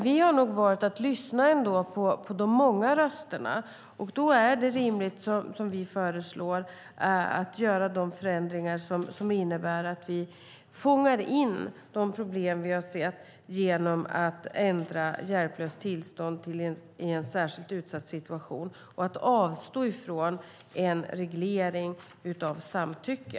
Vi har dock valt att lyssna på de många rösterna, och då är det rimligt att göra de förändringar som vi föreslår som innebär att vi fångar in de problem vi sett genom att ändra "hjälplöst tillstånd" till "särskilt utsatt situation" och avstå från en reglering av samtycke.